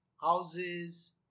houses